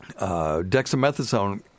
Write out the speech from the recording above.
dexamethasone